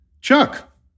Chuck